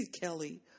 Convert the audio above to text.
Kelly